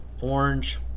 orange